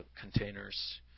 containers